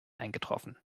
eingetroffen